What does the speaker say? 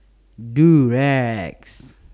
Durex